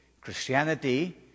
Christianity